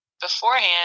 beforehand